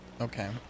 Okay